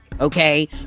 okay